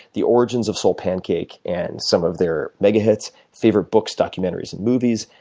the origins of soulpancake and some of their megahits, favorite books, documentaries, and movies,